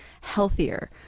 healthier